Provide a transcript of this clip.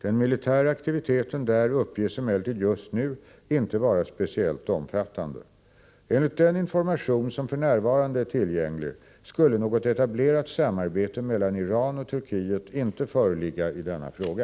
Den militära aktiviteten där uppges emellertid just nu inte vara speciellt omfattande. Enligt den information som f.n. är tillgänglig skulle något etablerat samarbete mellan Iran och Turkiet inte föreligga i denna fråga.